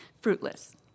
Fruitless